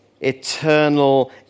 eternal